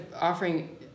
offering